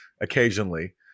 occasionally